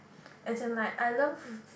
as in like I love